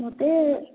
ମୋତେ